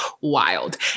wild